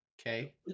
Okay